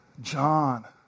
John